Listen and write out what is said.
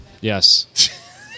yes